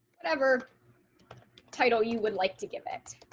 whatever title you would like to give it